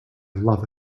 love